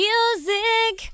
Music